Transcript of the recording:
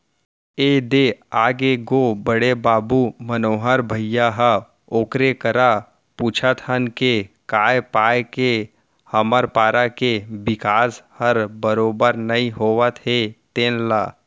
ए दे आगे गो बड़े बाबू मनोहर भइया ह ओकरे करा पूछत हन के काय पाय के हमर पारा के बिकास हर बरोबर नइ होत हे तेन ल